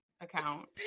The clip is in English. account